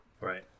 right